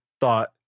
thought